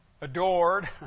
adored